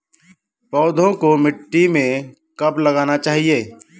पौधों को मिट्टी में कब लगाना चाहिए?